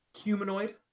Humanoid